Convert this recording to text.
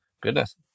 Goodness